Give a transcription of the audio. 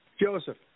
Joseph